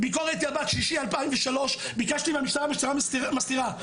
ביקורת 6/2003 ביקשתי מהמשטרה, המשטרה מסתירה.